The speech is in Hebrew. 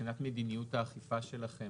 מבחינת מדיניות האכיפה שלכם,